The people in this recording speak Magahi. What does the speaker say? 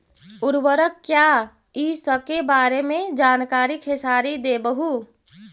उर्वरक क्या इ सके बारे मे जानकारी खेसारी देबहू?